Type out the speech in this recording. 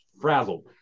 frazzled